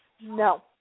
No